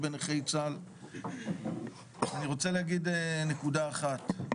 אני רוצה להגיד נקודה אחת.